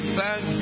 thank